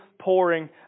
pouring